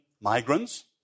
migrants